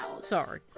Sorry